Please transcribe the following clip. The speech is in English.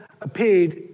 appeared